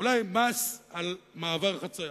אולי מס על מעבר חצייה.